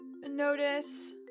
notice